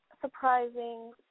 surprising